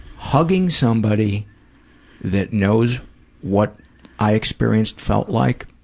hugging somebody that knows what i experienced felt like,